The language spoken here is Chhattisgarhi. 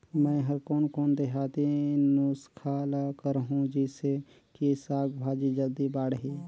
मै हर कोन कोन देहाती नुस्खा ल करहूं? जिसे कि साक भाजी जल्दी बाड़ही?